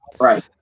right